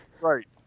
right